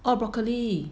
oh broccoli